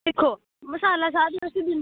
रुको मसाला चाह् बी असें